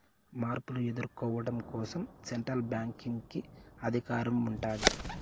మార్పులు ఎదుర్కోవడం కోసం సెంట్రల్ బ్యాంక్ కి అధికారం ఉంటాది